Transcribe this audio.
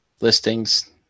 listings